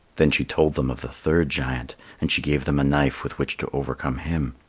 then she told them of the third giant and she gave them a knife with which to overcome him.